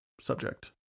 subject